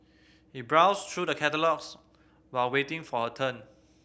she browsed through the catalogues while waiting for her turn